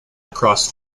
across